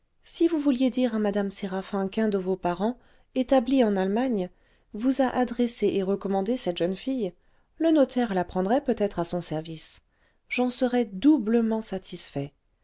si vous vouliez dire à mme séraphin qu'un de vos parents établi en allemagne vous a adressé et recommandé cette jeune fille le notaire la prendrait peut-être à son service j'en serais doublement satisfait